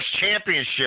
Championship